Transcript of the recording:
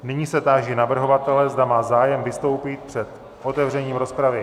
Nyní se táži navrhovatele, zda má zájem vystoupit před otevřením rozpravy.